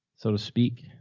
so to speak.